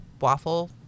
waffle